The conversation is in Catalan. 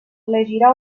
elegirà